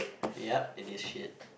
yup it is shit